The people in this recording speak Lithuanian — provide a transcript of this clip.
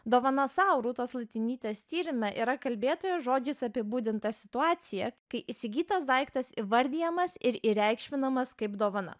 dovana sau rūtos latinytės tyrime yra kalbėtojo žodžiais apibūdinta situacija kai įsigytas daiktas įvardijamas ir įreikšminamas kaip dovana